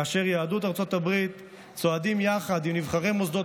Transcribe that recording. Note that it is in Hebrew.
כאשר יהדות ארצות הברית צועדת יחד עם נבחרי מוסדות